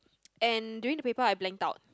and during the paper I blanked out